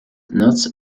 nuts